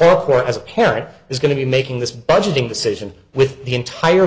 your court as a parent is going to be making this budgeting decision with the entire